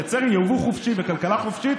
לייצר יבוא חופשי וכלכלה חופשית.